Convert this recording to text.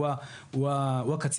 תקין